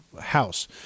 house